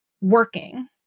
working